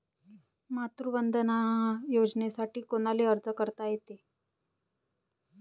मातृवंदना योजनेसाठी कोनाले अर्ज करता येते?